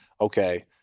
okay